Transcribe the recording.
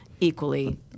equally –